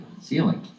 ceiling